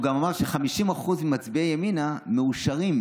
הוא גם אמר ש-50% ממצביעי ימינה מאושרים.